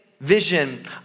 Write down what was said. vision